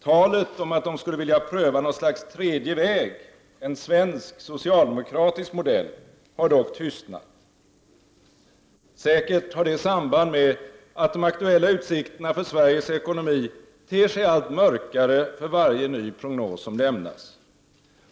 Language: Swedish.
Talet om att de skulle vilja pröva något slags tredje väg — en svensk socialdemokratisk modell — har dock tystnat. Säkert har det samband med att de aktuella utsikterna för Sveriges ekonomi ter sig allt mörkare för varje ny prognos som lämnas.